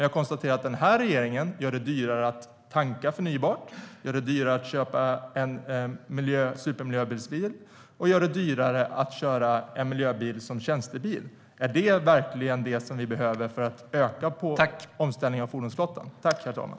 Jag konstaterar att den nuvarande regeringen gör det dyrare att tanka förnybart, gör det dyrare att köpa en supermiljöbil och gör det dyrare att ha en miljöbil som tjänstebil. Är det verkligen det vi behöver för att påskynda omställningen av fordonsflottan?